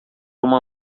uma